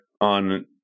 on